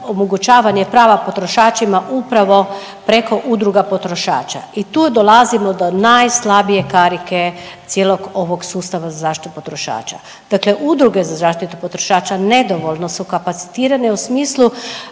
omogućavanje prava potrošačima upravo preko udruga potrošača i tu dolazimo do najslabije karike cijelog ovog sustava za zaštitu potrošača. Dakle, udruge za zaštitu potrošača nedovoljno su kapacitirane u smislu